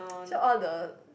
through all the